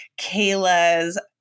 Kayla's